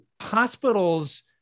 hospitals